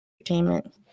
entertainment